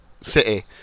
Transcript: City